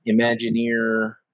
Imagineer